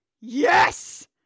yes